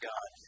God